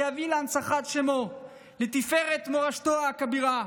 שיביא להנצחת שמו ולתפארת מורשתו הכבירה.